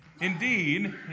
Indeed